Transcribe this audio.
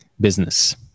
business